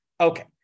Okay